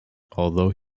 although